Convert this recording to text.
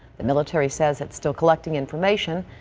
the military says it still collecting information